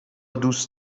دوست